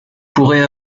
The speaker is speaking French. pourrait